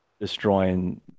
destroying